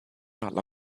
alla